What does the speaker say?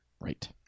right